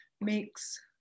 makes